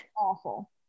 awful